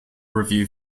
review